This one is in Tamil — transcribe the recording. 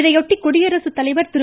இதையொட்டி குடியரசுத்தலைவர் திரு